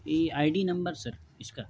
یہ ID number sir اس کا